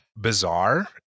bizarre